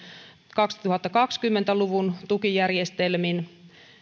kaksituhattakaksikymmentä luvun tukijärjestelmin